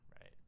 right